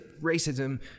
racism